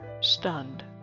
Stunned